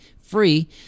free